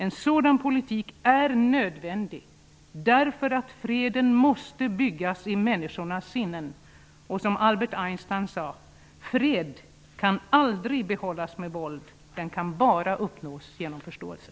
En sådan politik är nödvändig, därför att freden måste byggas i människornas sinnen, och som Albert Einstein sade: Fred kan aldrig behållas med våld, den kan bara uppnås genom förståelse.